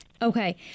Okay